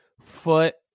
foot